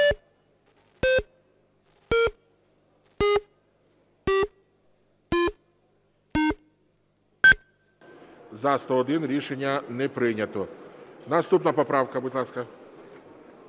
За-101 Рішення не прийнято. Наступна поправка, будь ласка.